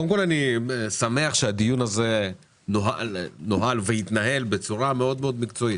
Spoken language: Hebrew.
קודם כל אני שמח שהדיון הזה נוהל והתנהל בצורה מאוד מקצועית.